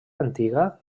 antiga